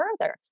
further